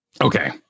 Okay